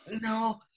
No